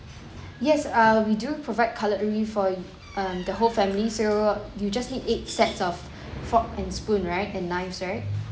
yes err we do provide cutlery for um the whole family so you just need eight sets of fork and spoon right and knifes right